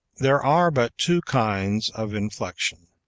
there are but two kinds of inflection,